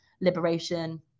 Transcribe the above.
liberation